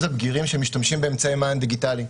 הבגירים שמשתמשים באמצעי מען דיגיטליים.